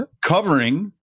covering –